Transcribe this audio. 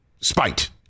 spite